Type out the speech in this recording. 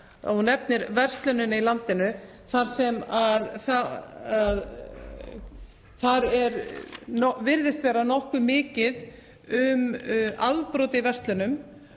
nefnir verslunina í landinu, að það virðist vera nokkuð mikið um afbrot í verslunum.